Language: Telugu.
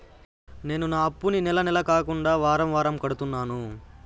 నేను నా అప్పుని నెల నెల కాకుండా వారం వారం కడుతున్నాను